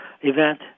event